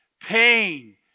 pain